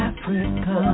Africa